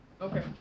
Okay